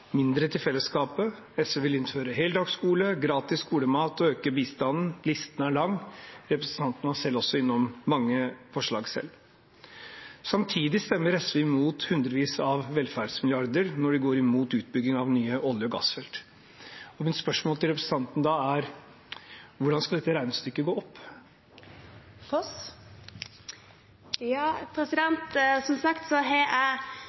mindre til fellesskapet. SV vil innføre heldagsskole, gratis skolemat, øke bistanden – listen er lang – og representanten var selv innom mange forslag. Samtidig stemmer SV mot hundrevis av velferdsmilliarder når de går mot utbygging av nye olje- og gassfelt. Da er mitt spørsmål til representanten: Hvordan skal dette regnestykket gå opp? Som sagt har jeg